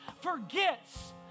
forgets